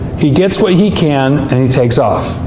he gets what he can, and he takes off.